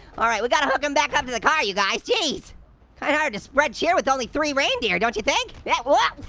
ah right, we gotta hook him back up to the car, you guys, geez. kinda hard to spread cheer with only three reindeer, don't you think? yeah whoa!